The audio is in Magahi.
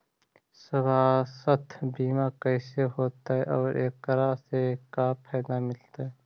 सवासथ बिमा कैसे होतै, और एकरा से का फायदा मिलतै?